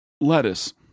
Lettuce